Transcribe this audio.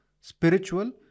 spiritual